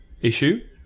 issue